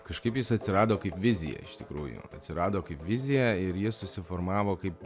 kažkaip jis atsirado kaip vizija iš tikrųjų atsirado kaip vizija ir ji susiformavo kaip